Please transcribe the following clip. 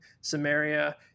Samaria